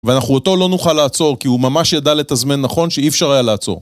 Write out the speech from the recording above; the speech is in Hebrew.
ואנחנו אותו לא נוכל לעצור כי הוא ממש ידע לתזמן נכון שאי אפשר היה לעצור.